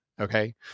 Okay